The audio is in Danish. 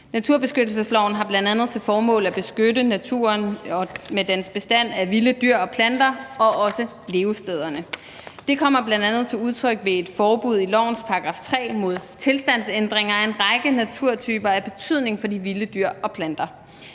Naturbeskyttelsesloven har bl.a. til formål at beskytte naturen med dens bestand af vilde dyr og planter og også levestederne. Det kommer bl.a. til udtryk ved et forbud i lovens § 3 mod tilstandsændringer af en række naturtyper af betydning for de vilde dyr og planter.